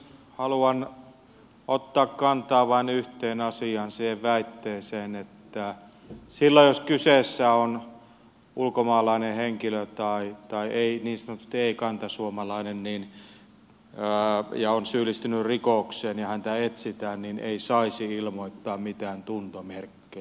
haluan ottaa kantaa vain yhteen asiaan siihen väitteeseen että silloin jos kyseessä on ulkomaalainen henkilö tai niin sanotusti ei kantasuomalainen joka on syyllistynyt rikokseen ja häntä etsitään niin ei saisi ilmoittaa mitään tuntomerkkejä